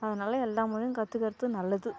அதனால் எல்லா மொழியும் கற்றுக்கறது நல்லது